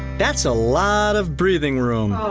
that's a lot of breathing room!